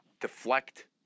deflect